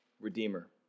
Redeemer